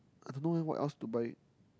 I don't know leh what else to buy